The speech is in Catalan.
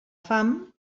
fam